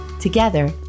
Together